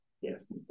Yes